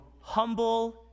humble